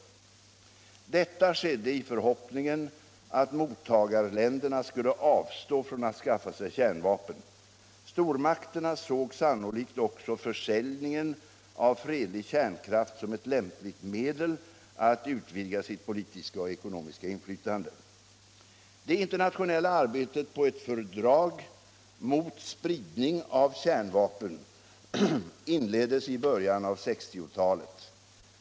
Detta skedde i förhoppningen att mottagarländerna skulle avstå från att skaffa sig kärnvapen. Stormakterna såg sannolikt också försäljningen av fredlig kärnkraft som ett lämpligt medel att utvidga sitt politiska och ekonomiska inflytande. Det internationella arbetet på ett fördrag mot spridning av kärnvapen inleddes i början av 1960-talet.